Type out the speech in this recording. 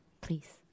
please